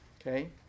okay